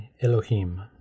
Elohim